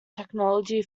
technology